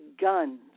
guns